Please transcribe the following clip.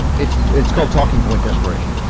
it's it's called talking point desperation